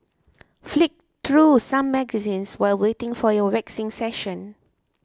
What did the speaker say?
flick through some magazines while waiting for your waxing session